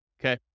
Okay